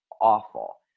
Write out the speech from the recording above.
awful